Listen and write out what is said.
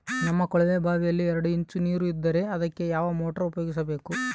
ನಮ್ಮ ಕೊಳವೆಬಾವಿಯಲ್ಲಿ ಎರಡು ಇಂಚು ನೇರು ಇದ್ದರೆ ಅದಕ್ಕೆ ಯಾವ ಮೋಟಾರ್ ಉಪಯೋಗಿಸಬೇಕು?